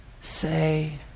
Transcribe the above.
Say